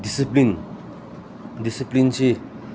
discipline ꯗꯤꯁꯤꯄ꯭ꯂꯤꯟꯁꯤ